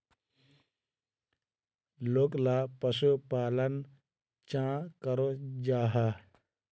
लोकला पशुपालन चाँ करो जाहा?